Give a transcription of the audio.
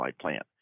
plant